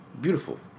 Beautiful